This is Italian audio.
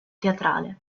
teatrale